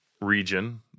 region